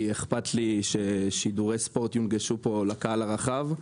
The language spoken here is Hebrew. אכפת לי ששידורי הספורט יונגשו לקהל הרחב.